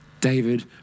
David